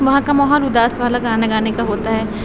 وہاں کا ماحول اداس والا گانا گانے کا ہوتا ہے